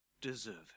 deserve